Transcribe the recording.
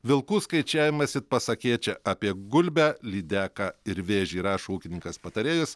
vilkų skaičiavimas it pasakėčia apie gulbę lydeką ir vėžį rašo ūkininkas patarėjas